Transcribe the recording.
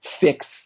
fix